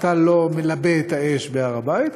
אתה לא מלבה את האש בהר הבית,